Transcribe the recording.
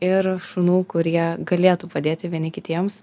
ir šunų kurie galėtų padėti vieni kitiems